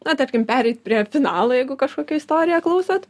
na tarkim pereit prie finalo jeigu kažkokią istoriją klausot